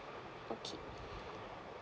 okay